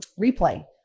replay